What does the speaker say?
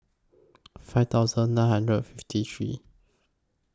five thousand nine hundred fifty three